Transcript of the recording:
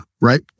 right